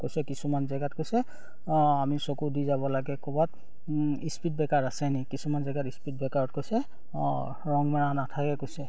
কৈছে কিছুমান জেগাত কৈছে আমি চকু দি যাব লাগে ক'বাত স্পীড ব্ৰেকাৰ আছে নি কিছুমান জেগাত স্পীড ব্ৰেকাৰত কৈছে ৰং মৰা নাথাকে কৈছে